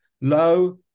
low